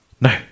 No